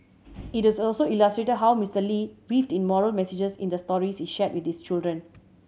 it also illustrated how Mister Lee weaved in moral messages in the stories he shared with his children